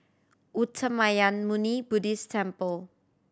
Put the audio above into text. Uttamayanmuni Buddhist Temple